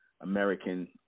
American